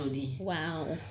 angelina jolie